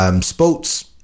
Sports